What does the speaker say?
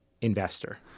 investor